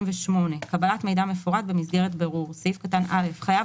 קבלת מידע מפורט במסגרת בירור 38. (א)חייב